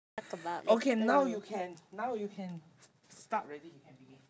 talk about